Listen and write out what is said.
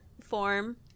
form